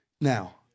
now